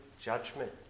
judgment